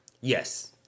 Yes